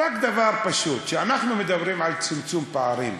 רק דבר פשוט: כשאנחנו מדברים על צמצום פערים,